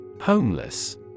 Homeless